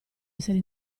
essere